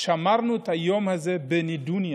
שמרנו את היום הזה בנדוניה,